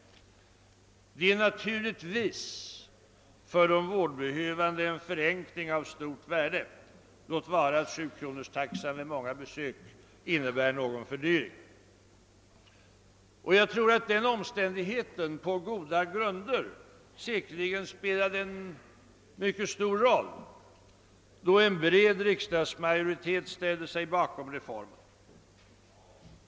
Detta innebär naturligtvis för de vårdsökande en förenkling av stort värde — låt vara att 7-kronorstaxan vid många besök medför någon fördyring. Jag tror att den omständigheten säkerligen spelat en mycket stor roll, då en bred riksdagsmajoritet ställt sig bakom reformen.